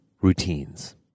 routines